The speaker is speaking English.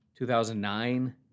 2009